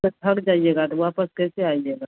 तो थक जाइएगा तो वापस कैसे आइएगा